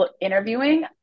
interviewing